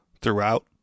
throughout